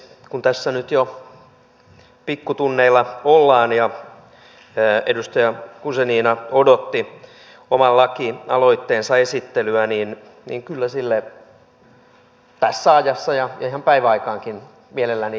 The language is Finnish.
kun tässä nyt jo pikkutunneilla ollaan ja edustaja guzenina odotti oman lakialoitteensa esittelyä niin kyllä sille tässä ajassa ja ihan päiväaikaankin mielelläni tukeni annan